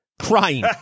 crying